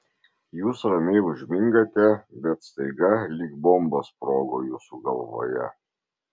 jūs ramiai užmingate bet staiga lyg bomba sprogo jūsų galvoje